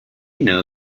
know